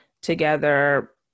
together